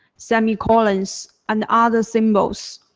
semicolons, and other symbols.